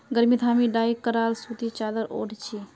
गर्मीत हामी डाई कराल सूती चादर ओढ़ छि